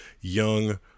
young